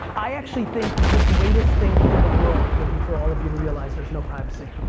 i actually think the greatest thing in the world would be for all of you to realize there's no privacy.